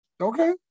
Okay